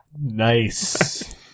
Nice